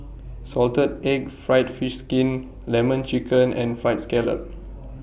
Salted Egg Fried Fish Skin Lemon Chicken and Fried Scallop